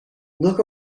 look